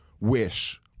wish